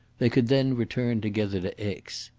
they could then return together to aix.